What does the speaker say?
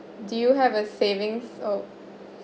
do you have a savings or